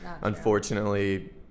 unfortunately